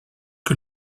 que